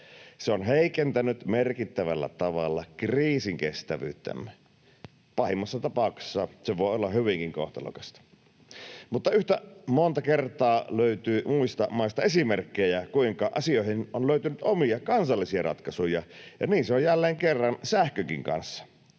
Se on heikentänyt merkittävällä tavalla kriisinkestävyyttämme. Pahimmassa tapauksessa se voi olla hyvinkin kohtalokasta. Yhtä monta kertaa löytyy muista maista esimerkkejä, kuinka asioihin on löytynyt omia, kansallisia ratkaisuja, ja niin se on jälleen kerran, sähkönkin kanssa.